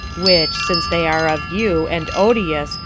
which since they are of you, and odious,